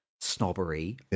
snobbery